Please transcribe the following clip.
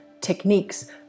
techniques